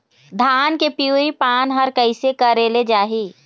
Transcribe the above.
धान के पिवरी पान हर कइसे करेले जाही?